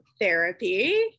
therapy